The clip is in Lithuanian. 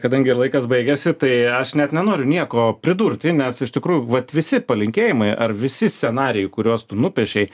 kadangi laikas baigiasi tai aš net nenoriu nieko pridurti nes iš tikrųjų vat visi palinkėjimai ar visi scenarijai kuriuos tu nupiešei